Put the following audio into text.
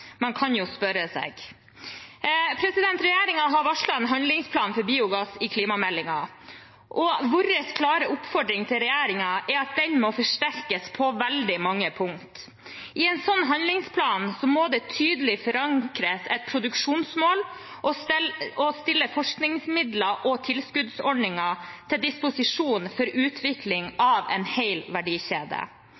Man kan jo spørre seg. Regjeringen har varslet en handlingsplan for biogass i klimameldingen. Vår klare oppfordring til regjeringen er at den må forsterkes på veldig mange punkter. I en sånn handlingsplan må det tydelig forankres et produksjonsmål og stilles forskningsmidler og tilskuddsordninger til disposisjon for utvikling